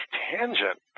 tangent